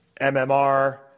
MMR